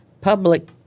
public